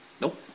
Nope